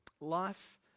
Life